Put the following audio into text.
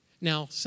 Now